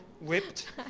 whipped